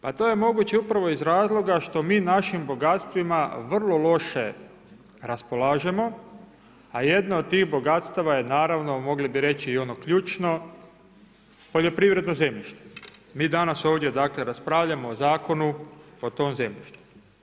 Pa to je moguće upravo iz razloga što mi našim bogatstvima vrlo loše raspolažemo, a jedna od tih bogatstava je naravno mogli bi reći i ono ključno poljoprivredno zemljište, mi danas ovdje raspravljamo o zakonu o tom zemljištu.